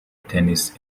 tennis